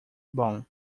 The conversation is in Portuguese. bom